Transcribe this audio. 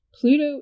Pluto